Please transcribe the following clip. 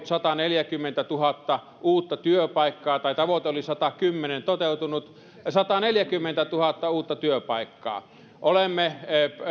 sataneljäkymmentätuhatta uutta työpaikkaa tai tavoite oli satakymmentätuhatta ja toteutunut on sataneljäkymmentätuhatta uutta työpaikkaa olemme